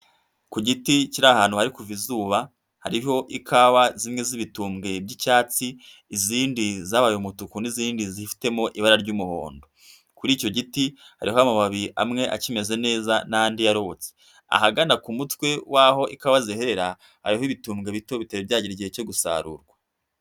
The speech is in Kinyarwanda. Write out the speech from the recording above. Ku giti kiri ahantu hari kuva izuba hariho ikawa zimwe z'ibitumbwe by'icyatsi, izindi zabaye umutuku n'izindi zifitemo ibara ry'umuhondo, kuri icyo giti hariho amababi amwe akimeze neza n'andi yarokotse, ahagana ku mutwe w'aho ikawa zihera hariho ibitumbwe bito bitari byagera igihe cyo gusarurwa.